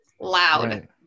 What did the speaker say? loud